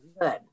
Good